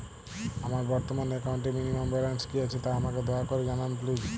আমার বর্তমান একাউন্টে মিনিমাম ব্যালেন্স কী আছে তা আমাকে দয়া করে জানান প্লিজ